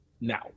Now